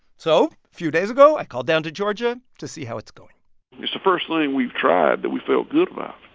so a few days ago, i called down to georgia to see how it's going it's the first thing we've tried that we've felt good about.